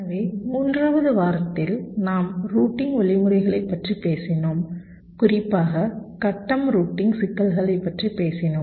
எனவே மூன்றாவது வாரத்தில் நாம் ரூட்டிங் வழிமுறைகளைப் பற்றி பேசினோம் குறிப்பாக கட்டம் ரூட்டிங் சிக்கல்களைப் பற்றி பேசினோம்